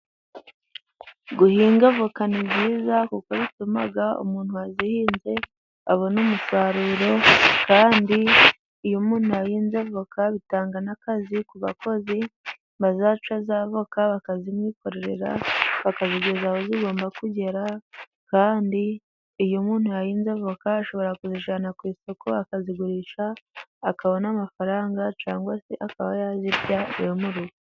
Guhinga avoka ni byiza kuko bituma umuntu wazihinze abona umusaruro kandi iyo umuntu ahinze avoka bitanga n'akazi ku bakozi bazaca za voka bakazimwikorera bakazigezaho zigomba kugera kandi iyo umuntu yahinze avoka ashobora kuzijyana ku isoko akazigurisha akaba n'amafaranga cyangwa se akaba yazirya iwe mu rugo.